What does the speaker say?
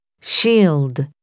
shield